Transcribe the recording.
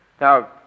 Now